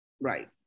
right